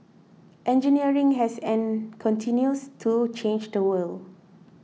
engineering has and continues to change the world